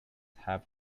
have